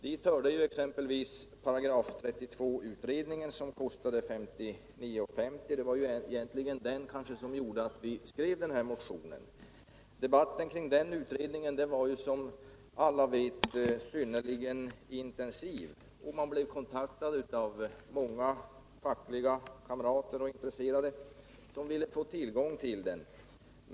Dit hör exempelvis § 32-utredningen, som kostar 59:50 kr. Det var kanske egentligen det som gjorde att vi skrev den här motionen. Debatten kring den utredningen var som alla vet synnerligen intensiv. Man blev kontaktad av många fackliga kamrater och intresserade som ville få tillgång till den.